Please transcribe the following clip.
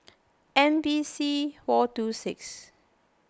M V C four two six